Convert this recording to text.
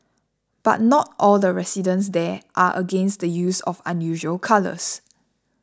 but not all the residents there are against the use of unusual colours